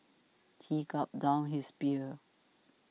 he gulped down his beer